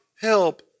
help